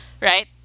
right